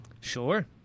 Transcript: Sure